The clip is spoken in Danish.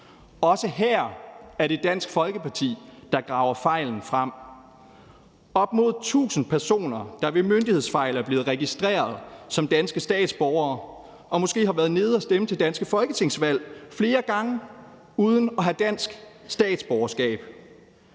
Også her er det Dansk Folkeparti, der graver fejlen frem. Der er op mod tusind personer, der ved myndighedsfejl er blevet registreret som danske statsborgere og måske har været nede at stemme til danske folketingsvalg flere gange uden at have dansk statsborgerskab;